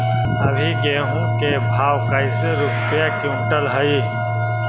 अभी गेहूं के भाव कैसे रूपये क्विंटल हई?